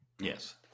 Yes